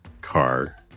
car